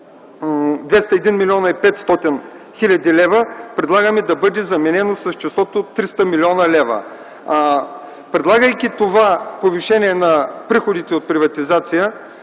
„201 млн. 500 хил. лв.” предлагаме да бъде заменено с числото „300 млн. лв.”. Предлагайки това повишение на приходите от приватизация,